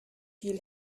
viel